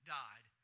died